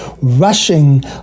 rushing